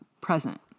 Present